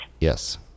Yes